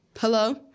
Hello